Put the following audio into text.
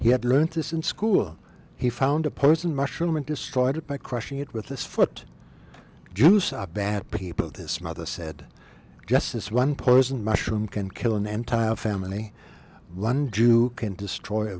he had learnt this in school he found a person mushroom and destroyed it by crushing it with this foot juice are bad people this mother said just as one person mushroom can kill an anti war family one jew can destroy a